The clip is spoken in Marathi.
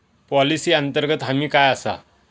पॉलिसी अंतर्गत हमी काय आसा?